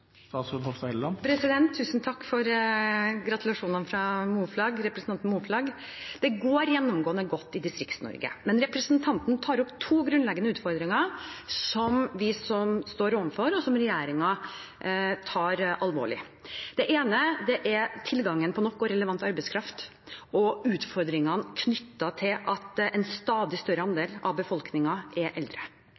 Tusen takk for gratulasjonen fra representanten Moflag. Det går gjennomgående godt i Distrikts-Norge, men representanten tar opp to grunnleggende utfordringer som vi står overfor, og som regjeringen tar alvorlig. Det er tilgangen på nok og relevant arbeidskraft og utfordringene knyttet til at en stadig større